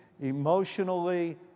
emotionally